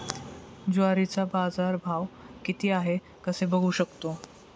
ज्वारीचा बाजारभाव किती आहे कसे बघू शकतो?